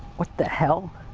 what the hell?